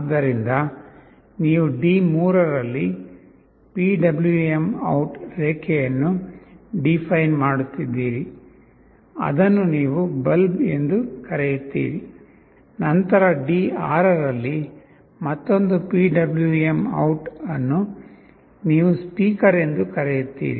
ಆದ್ದರಿಂದ ನೀವು D3ರಲ್ಲಿ PwmOut ರೇಖೆಯನ್ನು ಡಿಫೈನ್ ಮಾಡುತ್ತಿದ್ದೀರಿ ಅದನ್ನು ನೀವು "ಬಲ್ಬ್" ಎಂದು ಕರೆಯುತ್ತೀರಿ ನಂತರ D6ರಲ್ಲಿ ಮತ್ತೊಂದು PwmOut ಅನ್ನು ನೀವು "ಸ್ಪೀಕರ್" ಎಂದು ಕರೆಯುತ್ತೀರಿ